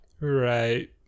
right